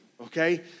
okay